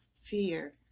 fear